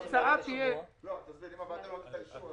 התוצאה תהיה --- אם הוועדה לא תיתן אישור,